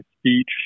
speech